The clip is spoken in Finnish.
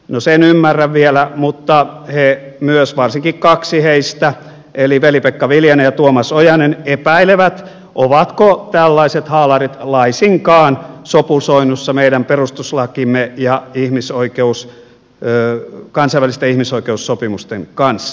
no sen ymmärrän vielä mutta he myös varsinkin kaksi heistä eli veli pekka viljanen ja tuomas ojanen epäilevät ovatko tällaiset haalarit laisinkaan sopusoinnussa meidän perustuslakimme ja kansainvälisten ihmisoikeussopimusten kanssa